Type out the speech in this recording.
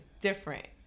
different